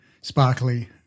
sparkly